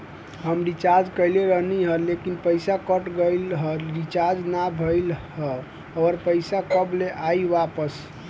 हम रीचार्ज कईले रहनी ह लेकिन पईसा कट गएल ह रीचार्ज ना भइल ह और पईसा कब ले आईवापस?